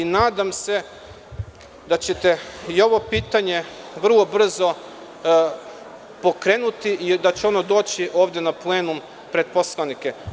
Nadam se da ćete i ovo pitanje vrlo brzo pokrenuti i da će ono doći ovde na plenum pred poslanike.